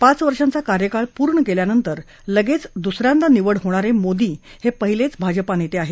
पाच वर्षाचा कार्यकाळ पूर्ण केल्यानंतर लगेच दुस यांदा निवड होणारे मोदी हे पहिलेच भाजपा नेते आहेत